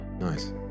Nice